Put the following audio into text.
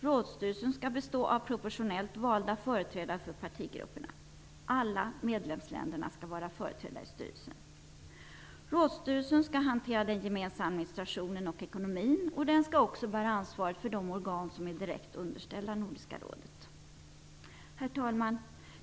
Rådsstyrelsen skall bestå av proportionellt valda företrädare för partigrupperna. Alla medlemsländerna skall vara företrädda i styrelsen. Rådsstyrelsen skall hantera den gemensamma administrationen och ekonomin, och den skall också bära ansvaret för de organ som är direkt underställda Nordiska rådet. Herr talman!